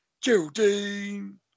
Geraldine